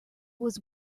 was